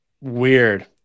weird